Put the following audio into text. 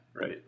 Right